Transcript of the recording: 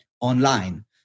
online